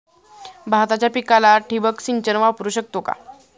भाताच्या पिकाला ठिबक सिंचन वापरू शकतो का?